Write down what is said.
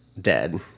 Dead